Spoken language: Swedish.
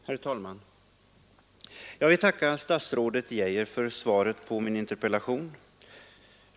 Herr talman! Jag vill tacka statsrådet Geijer för svaret på min interpellation.